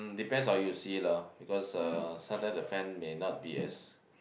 depends how you see it lor because uh sometimes the fan may not be as